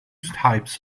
types